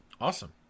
Awesome